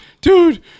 dude